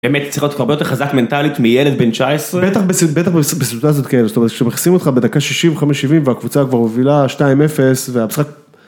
באמת צריך להיות הרבה יותר חזק מנטלית מילד בן 19? בטח בסי..., בטח בסיטואציות כאלה, זאת אומרת כשמכניסים אותך בדקה 65-70 והקבוצה כבר מובילה 2-0 והמשחק...